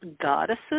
Goddesses